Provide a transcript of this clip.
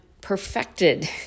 perfected